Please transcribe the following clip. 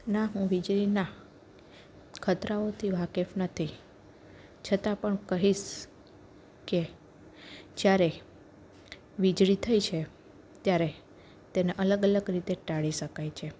ના હું વીજળીના ખતરાઓથી વાકેફ નથી છતાં પણ કહીશ કે જ્યારે વીજળી થઈ છે ત્યારે તેને અલગ અલગ રીતે ટાળી શકાય છે